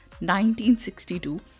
1962